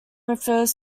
refers